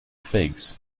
figs